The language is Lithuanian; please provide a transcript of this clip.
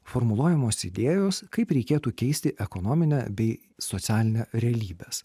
formuluojamos idėjos kaip reikėtų keisti ekonominę bei socialinę realybes